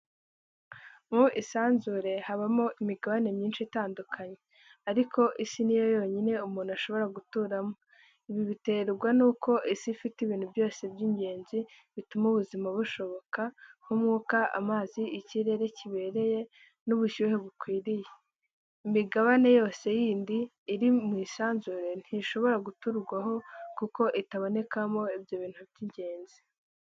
Mu isanzure habamo imigabane myinshi itandukanye, ariko Isi ni yo yonyine umuntu ashobora guturamo. Ibi biterwa n’uko Isi ifite ibintu byose by’ingenzi bituma ubuzima bushoboka, nk’umwuka, amazi, ikirere kibereye, n’ubushyuhe bukwiriye. Imigabane yose yindi iri mu isanzure ntishobora guturwaho kuko itabonekamo ibyo bintu by’ingenzi.